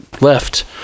left